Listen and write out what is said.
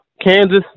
Kansas